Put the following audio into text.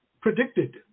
predicted